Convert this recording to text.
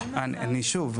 שוב,